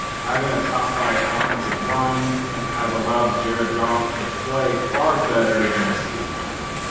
having a top five offensive line has allowed jared goff to play far better than a season ago,